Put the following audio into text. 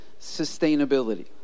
sustainability